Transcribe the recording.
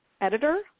editor